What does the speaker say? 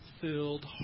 filled